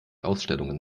ausstellungen